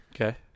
Okay